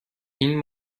این